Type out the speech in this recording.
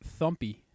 thumpy